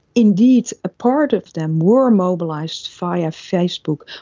indeed a part of them were mobilised via facebook.